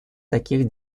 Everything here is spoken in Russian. таких